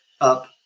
up